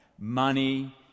money